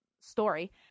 story